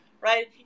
right